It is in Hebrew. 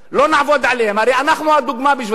לא נעבוד עליהם, הרי אנחנו הדוגמה בשבילם.